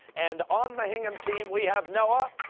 and on the hingham team we have noah,